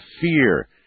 fear